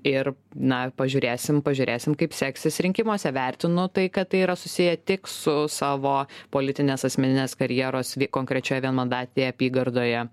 ir na pažiūrėsim pažiūrėsim kaip seksis rinkimuose vertinu tai kad tai yra susiję tik su savo politinės asmeninės karjeros vi konkrečioje vienmandatėje apygardoje